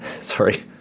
Sorry